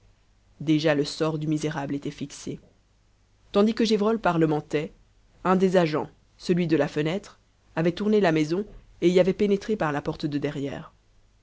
déjà le sort du misérable était fixé tandis que gévrol parlementait un des agents celui de la fenêtre avait tourné la maison et y avait pénétré par la porte de derrière